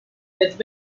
with